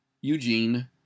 Eugene